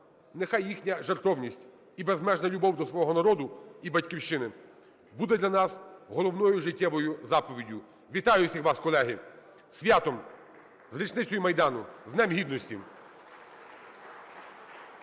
Нехай їхня жертовність і безмежна любов до свого народу і Батьківщини буде для нас головною життєвою заповіддю! Вітаю всіх вас, колеги, з святом, з річницею Майдану, з Днем Гідності!